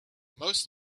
most